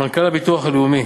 מנכ"ל הביטוח הלאומי,